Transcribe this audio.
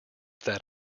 that